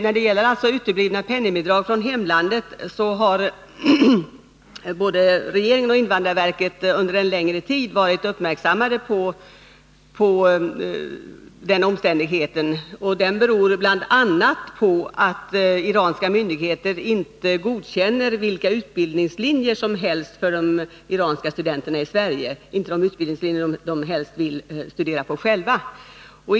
När det gäller uteblivna penningbidrag från hemlandet har både regeringen och invandrarverket under en längre tid varit uppmärksammade på den omständigheten, som bl.a. beror på att iranska myndigheter inte godkänner vilka utbildningslinjer som helst för de iranska studenterna i Sverige, och då kanske inte de utbildningslinjer som studenterna själva är mest intresserade av.